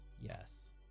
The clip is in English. Yes